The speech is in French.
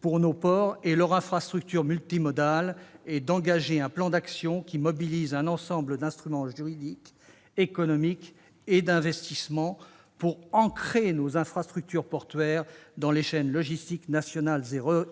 pour nos ports et leur infrastructure multimodale, et d'engager un plan d'action qui mobilise un ensemble d'instruments juridiques, économiques et d'investissement pour ancrer nos infrastructures portuaires dans les chaînes logistiques nationales